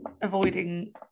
avoiding